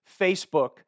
Facebook